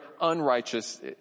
unrighteous